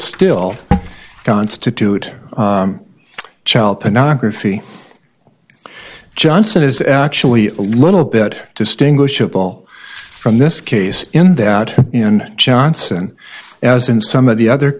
still constitute child pornography johnson is actually a little bit distinguishable from this case in that in johnson as in some of the other